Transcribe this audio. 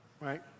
right